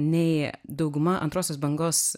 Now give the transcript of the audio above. nei dauguma antrosios bangos